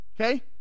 okay